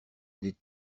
des